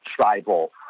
tribal